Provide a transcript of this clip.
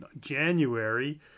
January